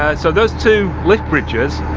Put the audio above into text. ah so those two lift bridges.